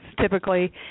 typically